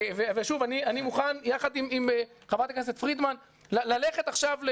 ושוב, אני מוכן יחד עם ח"כ תהלה ללכת עכשיו ל